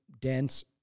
dense